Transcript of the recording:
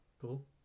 Cool